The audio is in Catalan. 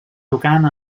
tocant